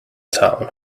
town